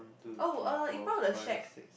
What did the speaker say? oh uh in front of the shack